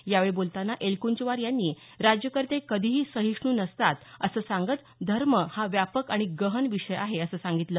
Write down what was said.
यावेळी बोलतांना एलकंचवार यांनी राज्यकर्ते कधीही सहिष्णू नसतात असं सांगत धर्म हा व्यापक आणि गहन विषय आहे असं सांगितलं